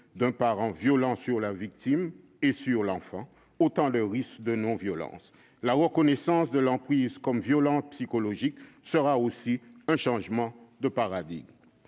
d'un parent violent sur la victime et sur l'enfant, autant de risques de surviolence. La reconnaissance de l'emprise comme violence psychologique sera aussi un changement de paradigme.